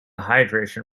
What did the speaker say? hydration